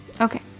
Okay